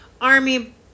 army